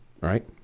right